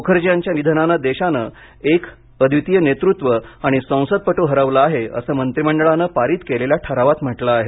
मुखर्जी यांच्या निधनानं देशानं एक अद्वितीय नेतृत्व आणि संसदपटू हरवला आहे असं मंत्रीमंडळानं पारित केलेल्या ठरावात म्हटलं आहे